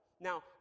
Now